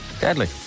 Deadly